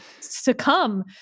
succumb